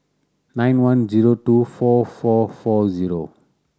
nine one zero two four four four zero